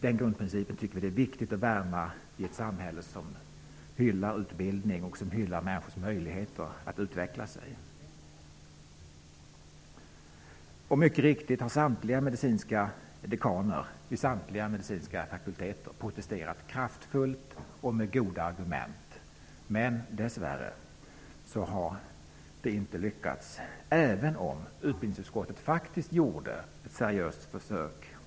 Den grundprincipen är viktig att värna i ett samhälle som hyllar utbildning och människors möjligheter att utveckla sig. Mycket riktigt har samtliga medicinska dekaner vid samtliga medicinska fakulteter protesterat kraftfullt och med goda argument. Men dess värre har det inte lyckats, även om utbildningsutskottet faktiskt gjorde ett seriöst försök.